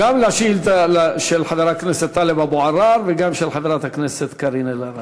השאלה של חבר הכנסת טלב אבו עראר וגם של חברת הכנסת קארין אלהרר.